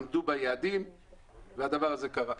עמדו ביעדים והדבר הזה קרה.